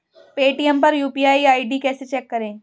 Paytm पर UPI ID कैसे check करें?